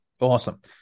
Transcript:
Awesome